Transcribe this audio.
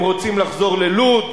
הם רוצים לחזור ללוד,